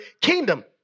kingdom